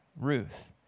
Ruth